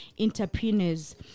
entrepreneurs